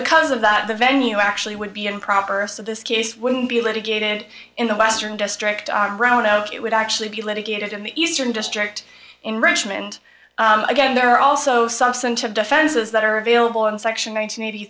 because of that the venue actually would be improper so this case wouldn't be litigated in the western district brownout it would actually be litigated in the eastern district in richmond again there are also substantive defenses that are available in section one hundred eighty